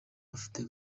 afite